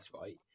right